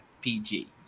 PG